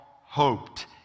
hoped